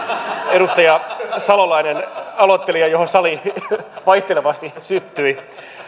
edustaja salolainen aloitteli ja johon sali vaihtelevasti syttyi